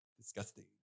Disgusting